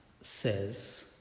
says